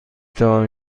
توانم